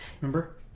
Remember